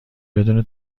بدون